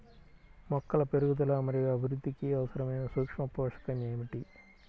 మొక్కల పెరుగుదల మరియు అభివృద్ధికి అవసరమైన సూక్ష్మ పోషకం ఏమిటి?